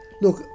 Look